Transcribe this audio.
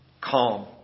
calm